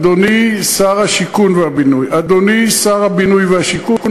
אדוני שר הבינוי והשיכון,